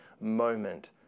moment